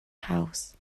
house